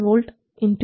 8 0